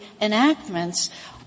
enactments